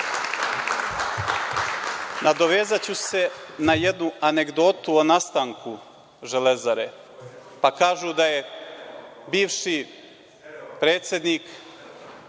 lekcije. Nadovezaću se na jednu anegdotu o nastanku „Železare“, pa kažu da je bivši predsednik